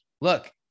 look